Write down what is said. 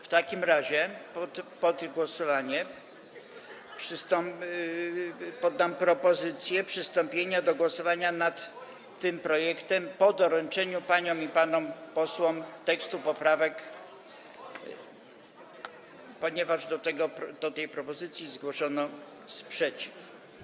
W takim razie pod głosowanie poddam propozycję przystąpienia do głosowania nad tym projektem po doręczeniu paniom i panom posłom tekstów poprawek, ponieważ do tej propozycji zgłoszono sprzeciw.